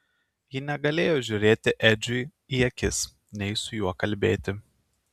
ji negalėjo žiūrėti edžiui į akis nei su juo kalbėti